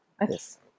yes